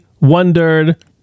wondered